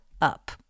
up